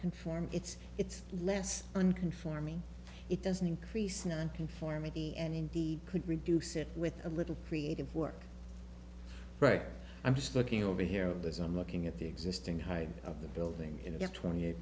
conforming it's it's less on conforming it doesn't increase nonconformity and indeed could reduce it with a little creative work right i'm just looking over here as i'm looking at the existing height of the building and get twenty eight